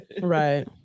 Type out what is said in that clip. right